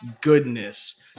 goodness